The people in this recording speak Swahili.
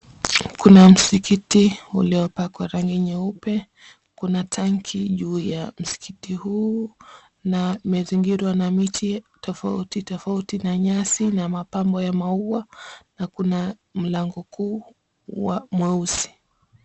Kuna msikiti uliopakwa rangi nyeupe, kuna tanki juu ya msikiti huu na umezingirwa na miti tofauti tofauti na nyasi na mapambo ya maua na kuna mlango kuu mweusi.